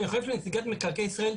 ואני חושב שנציגת מקרקעי ישראל,